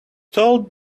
told